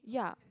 yeah